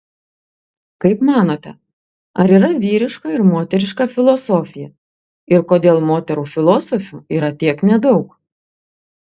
kaip manote ar yra vyriška ir moteriška filosofija ir kodėl moterų filosofių yra tiek nedaug